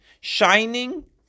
shining